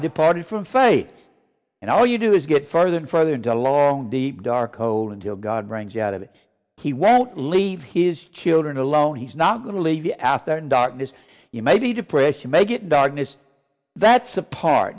departed from faith and all you do is get further and further into long deep dark hole until god brings you out of it he won't leave his children alone he's not going to leave you out there and darkness you may be depression may get darkness that's a part